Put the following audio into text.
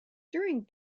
during